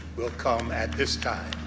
will come at this time.